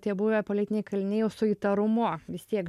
tie buvę politiniai kaliniai jau su įtarumu vis tiek